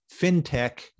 fintech